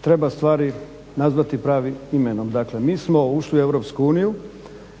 Treba stvari dakle nazvati pravim imenom. Mi smo ušli u EU